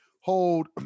hold